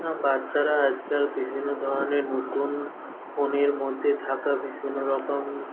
বাচ্চারা আজকাল বিভিন্ন ধরনের নতুন ফোনের মধ্যে থাকা বিভিন্ন রকম